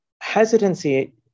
Hesitancy